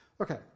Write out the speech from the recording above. Okay